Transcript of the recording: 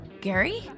Gary